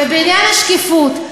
בעניין השקיפות,